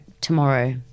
tomorrow